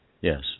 Yes